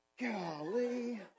golly